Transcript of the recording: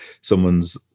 someone's